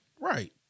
Right